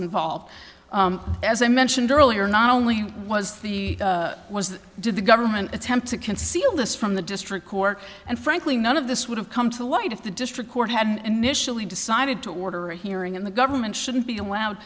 involved as i mentioned earlier not only was the was the did the government attempt to conceal this from the district court and frankly none of this would have come to light if the district court had initially decided to order a hearing in the government shouldn't be allowed